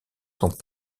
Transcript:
sont